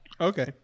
Okay